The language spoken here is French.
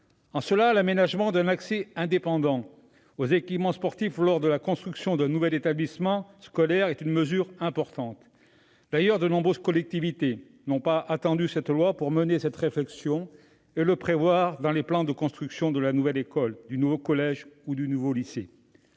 En cela, l'aménagement d'un accès indépendant aux équipements sportifs lors de la construction d'un nouvel établissement scolaire est une mesure importante. D'ailleurs, de nombreuses collectivités n'ont pas attendu ce texte pour mener cette réflexion et prévoir cet aménagement dans les plans de construction de la nouvelle école, du nouveau collège ou du nouveau lycée.